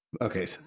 Okay